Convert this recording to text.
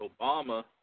Obama